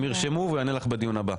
הם ירשמו והוא יענה לך בדיון הבא.